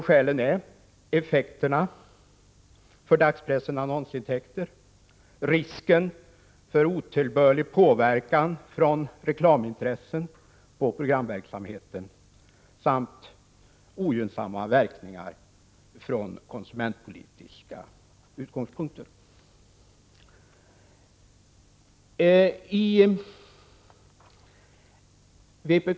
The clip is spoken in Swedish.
Skälen är följande: effekterna för dagspressens annonsintäkter, risken för otillbörlig påverkan från reklamintressen på programverksamheten samt ogynnsamma verkningar från konsumentpolitiska utgångspunkter.